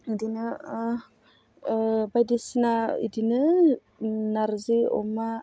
बिदिनो बायदिसिना बिदिनो नारजि अमा